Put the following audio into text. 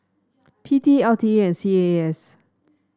P T L T A and C A A S